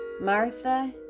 Martha